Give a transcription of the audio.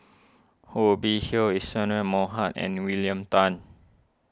Hubert Hill Isadhora Mohamed and William Tan